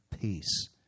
peace